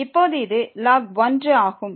இப்போது இது log 1 ஆகும்